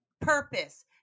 purpose